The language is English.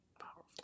Powerful